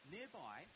Nearby